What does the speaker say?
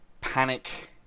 panic